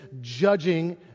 judging